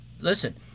listen